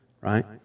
right